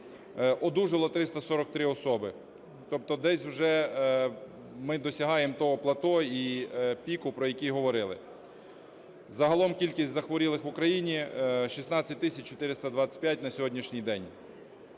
Одужало 343 особи. Тобто десь вже ми досягаємо того плато і піку, про який говорили. Загалом кількість захворілих в Україні – 16 тисяч 425 на сьогоднішній день.